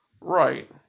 Right